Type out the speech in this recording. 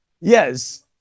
Yes